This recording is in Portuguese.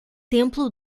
templo